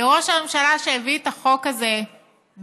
לראש הממשלה, שהביא את החוק הזה בבהילות,